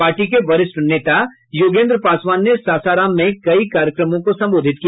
party के वरिष्ठ नेता योगेन्द्र पासवान ने सासाराम में कई कार्यक्रमों को संबोधित किया